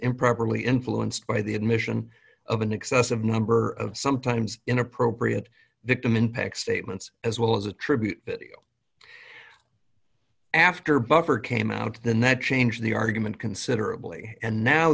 improperly influenced by the admission of an excessive number of sometimes inappropriate victim impact statements as well as attribute after buffer came out then that changed the argument considerably and now